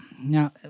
Now